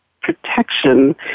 protection